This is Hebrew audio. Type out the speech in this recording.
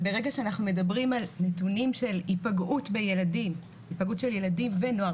ברגע שאנחנו מדברים על נתונים של היפגעות של ילדים ונוער